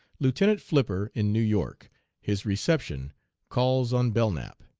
lieutenant flipper in new york his reception calls on belknap.